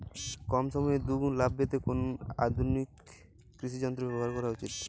কম সময়ে দুগুন লাভ পেতে কোন জাতীয় আধুনিক কৃষি যন্ত্র ব্যবহার করা উচিৎ?